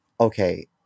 okay